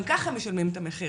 גם ככה משלמים את המחיר.